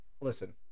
listen